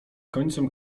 końcem